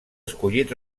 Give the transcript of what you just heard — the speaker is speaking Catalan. escollit